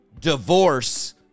Divorce